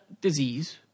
disease